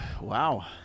Wow